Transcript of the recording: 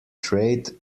trade